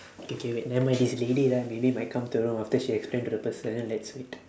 okay K wait nevermind this lady right maybe might come to our room after she explain to the person let's wait